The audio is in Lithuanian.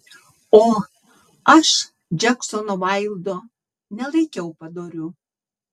o aš džeksono vaildo nelaikiau padoriu